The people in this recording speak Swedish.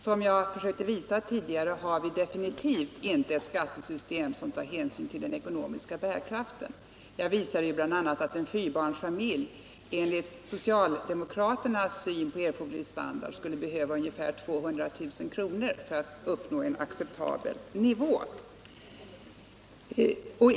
Som jag försökte visa tidigare har vi definitivt inte ett skattesystem som tar hänsyn till den ekonomiska bärkraften. Jag visade ju bl.a. att en fyrbarnsfamilj enligt socialdemokraternas syn på erforderlig standard skulle behöva ungefär 200 000 kr. för att uppnå en acceptabel nivå.